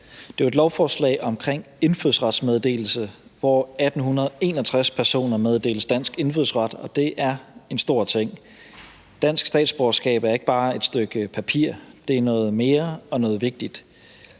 Det er jo et lovforslag om indfødsretsmeddelelse, hvor 1.861 personer meddeles dansk indfødsret, og det er en stor ting. Dansk statsborgerskab er ikke bare et stykke papir; det er noget mere og noget vigtigt.